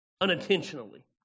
unintentionally